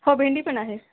हो भेंडी पण आहे